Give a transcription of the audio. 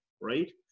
right